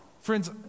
Friends